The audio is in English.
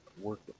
work